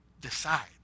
decide